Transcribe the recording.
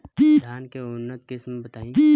धान के उन्नत किस्म बताई?